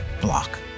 block